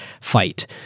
fight